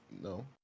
No